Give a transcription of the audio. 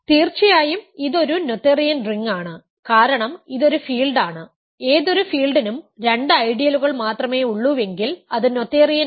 തീർച്ചയായും ഇത് ഒരു നോതെറിയൻ റിംഗ് ആണ് കാരണം ഇത് ഒരു ഫീൽഡ് ആണ് ഏതൊരു ഫീൽഡിനും രണ്ട് ഐഡിയലുകൾ മാത്രമേ ഉള്ളൂവെങ്കിൽ അത് നോതെറിയൻ ആണ്